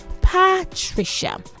Patricia